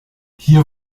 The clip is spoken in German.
hier